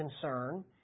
concern